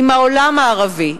עם העולם הערבי,